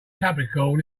capricorn